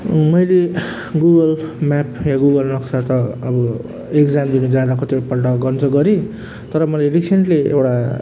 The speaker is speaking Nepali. मैले गुगल म्याप ए गुगल नक्सा त अब एक्जाम दिन जाँदा कतिपल्ट गर्न त गरेँ तर मैले रिसेन्ट्ली एउटा